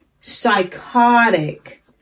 psychotic